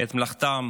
את מלאכתם